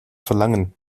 verlangen